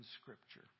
Scripture